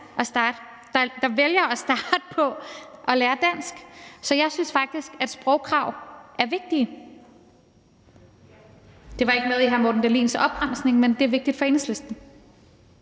der vælger at starte på at lære dansk. Så jeg synes faktisk, at sprogkrav er vigtige. Det var ikke noget i hr. Morten Dahlins opremsning, men det er vigtigt for Enhedslisten.